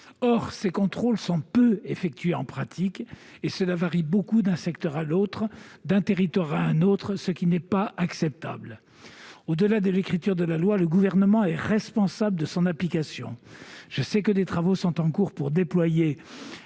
les contrôles sont peu effectués et cela varie beaucoup d'un secteur à l'autre, d'un territoire à un autre ; cela n'est pas acceptable. Au-delà de l'écriture de la loi, le Gouvernement est responsable de l'application de celle-ci. Je sais que des travaux sont en cours pour déployer